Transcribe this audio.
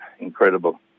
Incredible